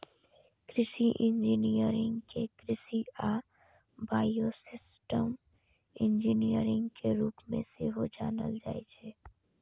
कृषि इंजीनियरिंग कें कृषि आ बायोसिस्टम इंजीनियरिंग के रूप मे सेहो जानल जाइ छै